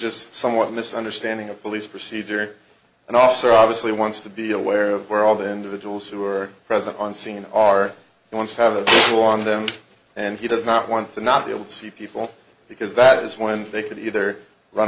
just somewhat misunderstanding a police procedure and also obviously wants to be aware of where all the individuals who are present on scene are once have on them and he does not want to not be able to see people because that is when they could either run